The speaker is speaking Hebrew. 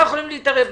שירות